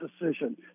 decision